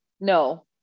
no